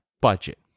budget